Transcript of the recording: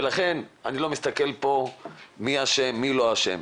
ולכן אני לא מסתכל פה מי אשם או מי לא אשם,